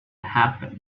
happen